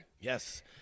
Yes